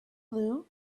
blue